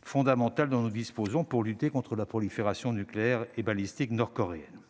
fondamental dont nous disposons pour lutter contre la prolifération nucléaire et balistique nord-coréenne.